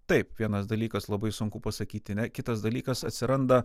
taip vienas dalykas labai sunku pasakyti ne kitas dalykas atsiranda